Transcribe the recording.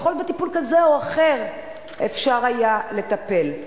ויכול להיות שבטיפול כזה או אחר אפשר היה לטפל בכך.